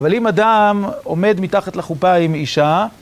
אבל אם אדם עומד מתחת לחופה עם אישה...